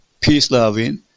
peace-loving